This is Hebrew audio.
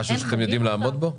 זה משהו שאתם יודעים לעמוד בו?